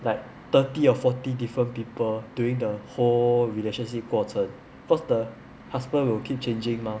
like thirty or forty different people during the whole relationship 过程 because the husband will keep changing mah